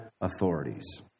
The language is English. authorities